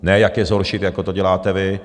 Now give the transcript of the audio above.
Ne, jak je zhoršit, jako to děláte vy.